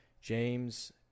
James